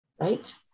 right